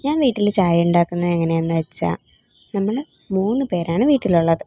ഞാൻ വീട്ടിൽ ചായ ഉണ്ടാക്കുന്ന എങ്ങനെയാണെന്നു വെച്ചാൽ നമ്മൾ മൂന്ന് പേരാണ് വീട്ടിലുള്ളത്